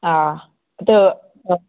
ꯑꯥ ꯑꯗꯣ ꯑꯥ